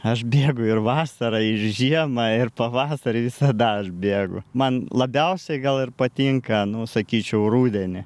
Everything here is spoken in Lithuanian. aš bėgu ir vasarą ir žiemą ir pavasarį visada aš bėgu man labiausiai gal ir patinka nu sakyčiau rudenį